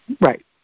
Right